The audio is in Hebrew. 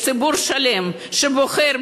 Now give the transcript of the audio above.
יש ציבור שלם שבוחר,